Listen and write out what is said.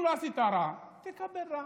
אם עשית רע, תקבל רע.